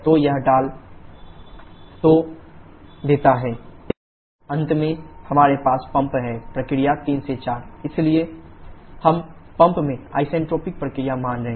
तो यह डाल −q𝐶 ℎ3 − ℎ2 जो देता है q𝐶 ℎ2 − ℎ3 अंत में हमारे पास पंप है प्रक्रिया 3 4 इसलिए q34 − 𝑊34 ℎ4 − ℎ3 हम पंप में आइसेंट्रोपिक प्रक्रिया मान रहे हैं